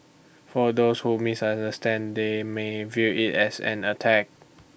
for those who misunderstand they may view IT as an attack